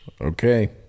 Okay